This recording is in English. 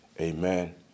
amen